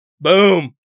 Boom